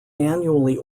annually